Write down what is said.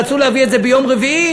רצו להביא את זה ביום רביעי,